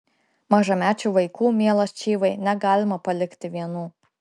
mažamečių vaikų mielas čyvai negalima palikti vienų